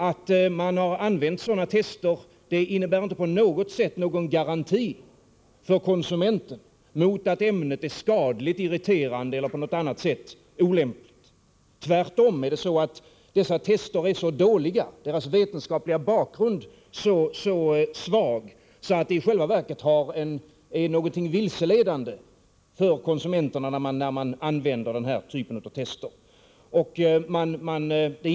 Att man har använt sådana tester är inte på något sätt en garanti för att ämnet inte är skadligt, irriterande eller på annat sätt olämpligt ur konsumentens synpunkt. Tvärtom är den här typen av tester så dåliga och deras vetenskapliga bakgrund så svag att det i själva verket är vilseledande för konsumenterna att använda dem.